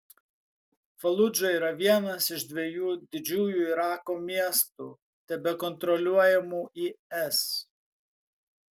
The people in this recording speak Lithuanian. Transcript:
faludža yra vienas iš dviejų didžiųjų irako miestų tebekontroliuojamų is